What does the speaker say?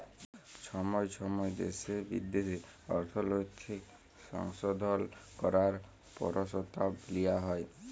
ছময় ছময় দ্যাশে বিদ্যাশে অর্থলৈতিক সংশধল ক্যরার পরসতাব লিয়া হ্যয়